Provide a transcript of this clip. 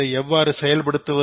எவ்வாறு இதை செயல்படுத்துவது